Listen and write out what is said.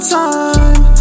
time